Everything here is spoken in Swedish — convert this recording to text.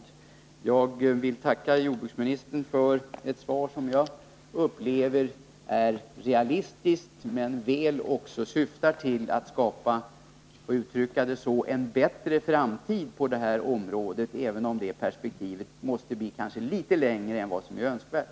Jag vill tacka jordbruksministern för ett svar som jag upplever som realistiskt men som väl också syftar till att skapa — om jag får uttrycka det så — en bättre framtid på detta område, även om det perspektivet kanske måste bli litet längre än vad som är önskvärt.